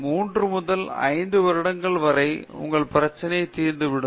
3 முதல் 5 வருடங்கள் வரை உங்கள் பிரச்சனை தீர்ந்துவிடும்